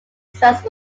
trust